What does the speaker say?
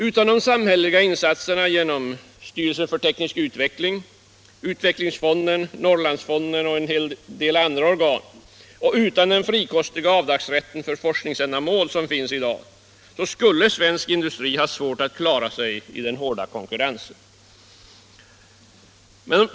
Utan de samhälleliga insatserna genom styrelsen för teknisk utveckling, Utvecklingsfonden, Norrlandsfonden och en hel del andra organ och utan den frikostiga avdragsrätt för forskningsändamål som finns i dag skulle svensk industri ha svårt att klara sig i den hårda konkurrensen.